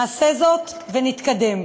נעשה זאת ונתקדם.